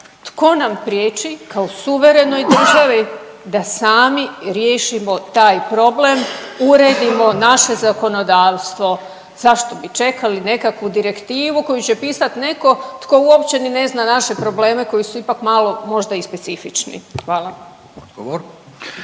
tko nam priječi kao suverenoj državi da sami riješimo taj problem, uredimo naše zakonodavstvo, zašto bi čekali nekakvu direktivu koju će pisat neko tko uopće ni ne zna naše probleme koji su ipak malo možda i specifični? Hvala.